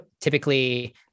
typically